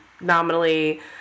nominally